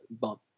bump